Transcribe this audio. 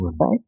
Right